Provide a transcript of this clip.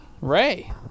Ray